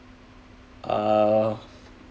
uh